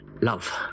love